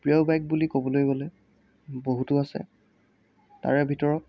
প্ৰিয় বাইক বুলি ক'বলৈ গ'লে বহুতো আছে তাৰে ভিতৰত